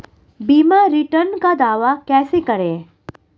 बीमा रिटर्न का दावा कैसे करें?